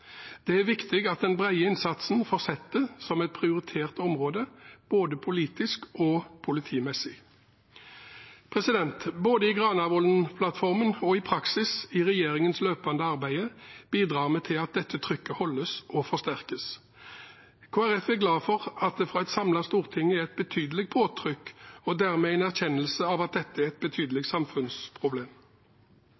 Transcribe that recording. Det er bra. Det er viktig at den brede innsatsen fortsetter som et prioritert område, både politisk og politimessig. Både i Granavolden-plattformen og i praksis, i regjeringens løpende arbeid, bidrar vi til at dette trykket holdes oppe og forsterkes. Kristelig Folkeparti er glad for at det fra et samlet storting er et betydelig påtrykk, og dermed en erkjennelse av at dette er et betydelig